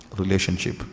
relationship